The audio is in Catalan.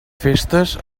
festes